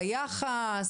ביחס,